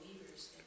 believers